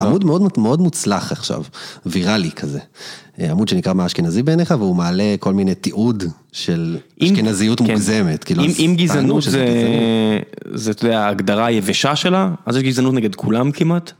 עמוד מאוד מוצלח עכשיו, ויראלי כזה, עמוד שנקרא מה אשכנזי בעיניך, והוא מעלה כל מיני תיעוד של אשכנזיות מוגזמת. אם גזענות זה ההגדרה היבשה שלה, אז יש גזענות נגד כולם כמעט?